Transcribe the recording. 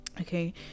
okay